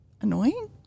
annoying